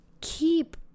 keep